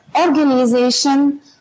organization